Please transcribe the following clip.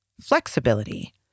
flexibility